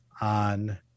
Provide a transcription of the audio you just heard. on